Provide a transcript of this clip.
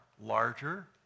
larger